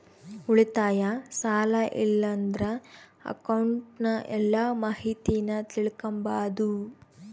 ಉಳಿತಾಯ, ಸಾಲ ಇಲ್ಲಂದ್ರ ಅಕೌಂಟ್ನ ಎಲ್ಲ ಮಾಹಿತೀನ ತಿಳಿಕಂಬಾದು